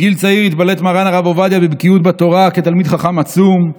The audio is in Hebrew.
מגיל צעיר התבלט מרן הרב עובדיה בבקיאות בתורה כתלמיד חכם עצום.